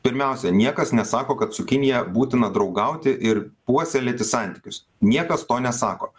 pirmiausia niekas nesako kad su kinija būtina draugauti ir puoselėti santykius niekas to nesako